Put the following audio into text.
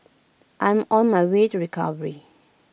I am on my way to recovery